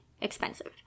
expensive